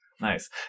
Nice